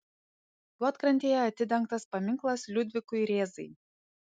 juodkrantėje atidengtas paminklas liudvikui rėzai